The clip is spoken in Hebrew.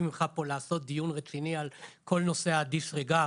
ממך פה לעשות דיון רציני על כל נושא הדיסריגרד,